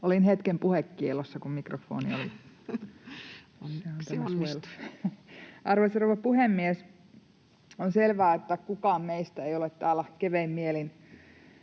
Olin hetken puhekiellossa, kun mikrofoni oli... Arvoisa rouva puhemies! On selvää, että kukaan meistä ei ole täällä kevein mielin